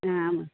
ம் ஆமாம்